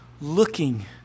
Looking